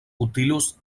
utilus